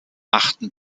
achten